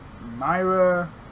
myra